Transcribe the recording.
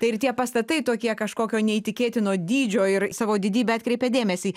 tai ir tie pastatai tokie kažkokio neįtikėtino dydžio ir savo didybe atkreipia dėmesį